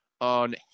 on